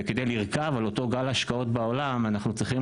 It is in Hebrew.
כדי לרכב על אותו גל השקעות בעולם אנחנו צריכים